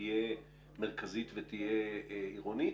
תהיה מרכזית ותהיה עירונית?